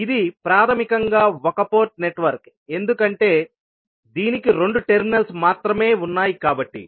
ఇది ప్రాథమికంగా ఒక పోర్ట్ నెట్వర్క్ ఎందుకంటే దీనికి రెండు టెర్మినల్స్ మాత్రమే ఉన్నాయి కాబట్టి